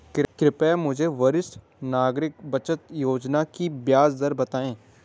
कृपया मुझे वरिष्ठ नागरिक बचत योजना की ब्याज दर बताएँ